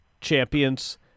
champions